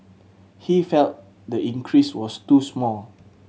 he felt the increase was too small